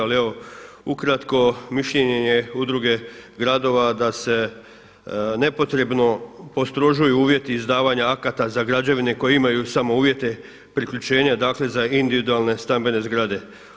Ali evo ukratko mišljenje je udruge gradova da se nepotrebno postrožuju uvjeti izdavanja akata za građevine koje imaju samo uvjete priključenja, dakle za individualne stambene zgrade.